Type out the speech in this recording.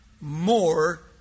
more